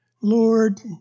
Lord